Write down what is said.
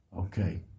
Okay